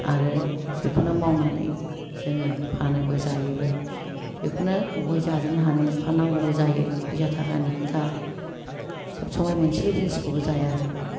आरो बेखौनो मावनानै जोङो फानोबो जायोबो बेखौनो बोरै जाजोबनो हानो फाननांगौबो जायो फैसा थाखानि खोथा सबसमाय मोनसेल' जिनिसखौबो जाया